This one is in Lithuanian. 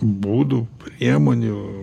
būdų priemonių